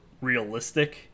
realistic